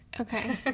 Okay